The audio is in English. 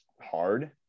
hard